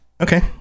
Okay